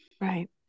Right